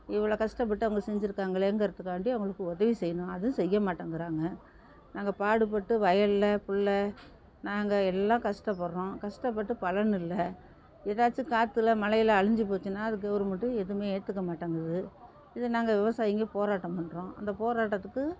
இவ்வளோ கஷ்டப்பட்டு அவங்க செஞ்சிருக்காங்களேங்கிறதுக்காண்டி அவங்களுக்கு உதவி செய்யணும் அதுவும் செய்யமாட்டங்கிறாங்க நாங்கள் பாடுபட்டு வயலில் பிள்ள நாங்கள் எல்லாம் கஷ்டப்படுறோம் கஷ்டப்பட்டு பலன் இல்லை எதாச்சும் காற்றுல மழையில் அழிஞ்சி போச்சின்னா அது கவுருமண்ட்டு எதுவுமே ஏற்றுக்கமாட்டங்குது இதை நாங்கள் விவசாயிங்க போராட்டம் பண்ணுறோம் அந்த போராட்டத்துக்கு